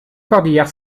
cordillère